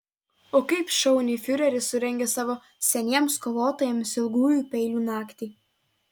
o kaip šauniai fiureris surengė savo seniems kovotojams ilgųjų peilių naktį